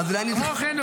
כמו כן,